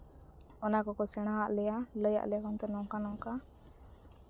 ᱚᱱᱟ ᱠᱚᱠᱚ ᱥᱮᱬᱟᱣᱟᱫ ᱞᱮᱭᱟ ᱞᱟᱹᱭ ᱟᱫ ᱞᱮᱭᱟ ᱠᱚ ᱱᱚᱝᱠᱟ ᱱᱚᱝᱠᱟ